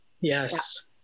Yes